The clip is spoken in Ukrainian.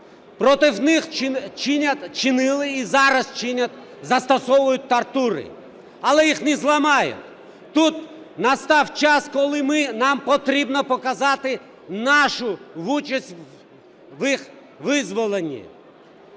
Проти них чинили і зараз чинять, застосовують тортури, але їх не зламають. Настав час, коли нам потрібно показати нашу участь в їх визволенні,